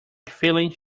feline